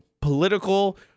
political